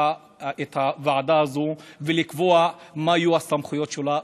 הוועדה הזאת ולקבוע מה יהיו הסמכויות שלה,